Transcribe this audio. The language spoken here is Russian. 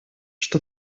что